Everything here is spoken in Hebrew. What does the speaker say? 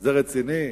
זה רציני?